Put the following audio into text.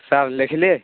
sir ଲେଖ୍ଲେ